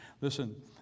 Listen